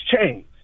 change